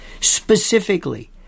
specifically